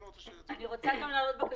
אני רוצה גם להעלות בקשה.